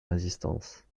résistance